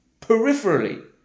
peripherally